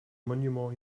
monuments